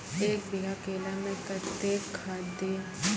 एक बीघा केला मैं कत्तेक खाद दिये?